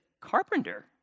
carpenter